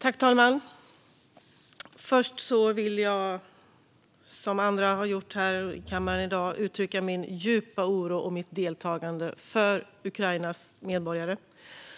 Fru talman! Först vill jag, liksom andra har gjort i kammaren i dag, uttrycka min djupa oro och mitt deltagande för Ukrainas medborgare